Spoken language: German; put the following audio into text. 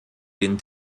den